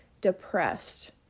depressed